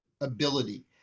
ability